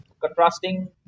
contrasting